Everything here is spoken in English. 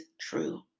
true